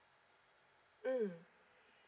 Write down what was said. mm